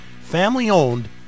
family-owned